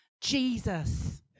Jesus